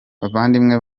bavandimwe